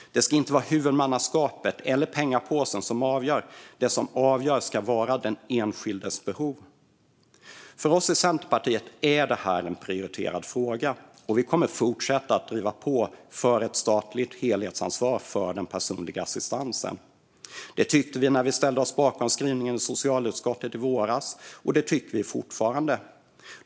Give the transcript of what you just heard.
Det ska inte vara huvudmannaskapet eller pengapåsen som avgör, utan det som avgör ska vara den enskildes behov. För oss i Centerpartiet är det här en prioriterad fråga, och vi kommer att fortsätta att driva på för ett statligt helhetsansvar för den personliga assistansen. Det tyckte vi när vi ställde oss bakom skrivningen i socialutskottet i våras, och det tycker vi fortfarande.